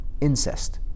incest